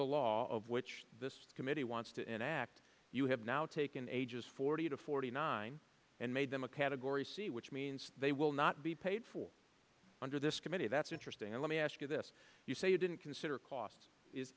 the law of which this committee wants to enact you have now taken ages forty to forty nine and made them a category c which means they will not be paid for under this committee that's interesting let me ask you this you say you didn't consider cost